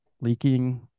leaking